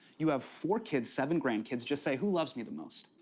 you have four kids, seven grandkids, just say, who loves me the most?